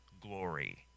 glory